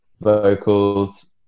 vocals